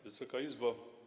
Wysoka Izbo!